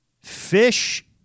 fish